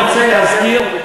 אני רוצה להזכיר,